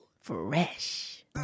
fresh